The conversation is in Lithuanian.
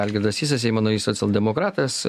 algirdas sysas seimo narys socialdemokratas